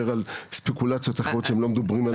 על ספקולציות כאלה ואחרות שלא מצוין בהן.